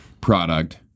product